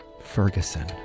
Ferguson